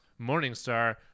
Morningstar